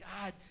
God